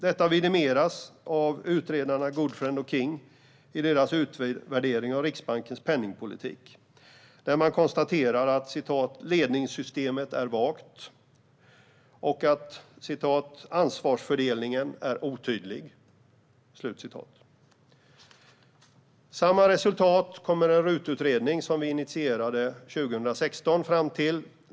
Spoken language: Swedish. Detta vidimeras av utredarna Goodfriend och King i deras utvärdering av Riksbankens penningpolitik. Man konstaterar att ledningssystemet är vagt och att ansvarsfördelningen är otydlig. Samma resultat kommer en RUT-utredning, som vi initierade 2016, fram till.